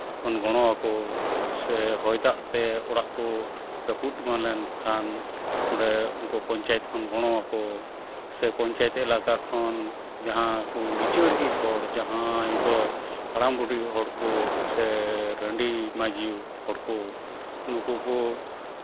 ᱜᱚᱲᱚ ᱟᱠᱚ ᱥᱮ ᱦᱚᱭ ᱫᱟᱜ ᱛᱮ ᱚᱲᱟᱜ ᱠᱚ ᱨᱟᱹᱯᱩᱫ ᱮᱢᱟᱱ ᱞᱮᱱᱠᱷᱟᱱ ᱚᱸᱰᱮ ᱩᱱᱠᱩ ᱯᱚᱧᱪᱟᱭᱮᱛ ᱠᱷᱚᱱ ᱜᱚᱲᱚ ᱟᱠᱚ ᱥᱮ ᱯᱚᱧᱪᱟᱭᱮᱛ ᱮᱞᱟᱠᱟ ᱠᱷᱚᱱ ᱡᱟᱦᱟᱸ ᱠᱚ ᱞᱤᱪᱟᱹᱲ ᱜᱮ ᱦᱚᱲ ᱡᱟᱦᱟᱸᱭ ᱫᱚ ᱦᱟᱲᱟᱢ ᱵᱩᱰᱷᱤ ᱦᱚᱲ ᱠᱚ ᱥᱮ ᱨᱟᱺᱰᱤ ᱢᱟᱹᱭᱡᱩ ᱦᱚᱲ ᱠᱚ ᱱᱩᱠᱩ ᱠᱚ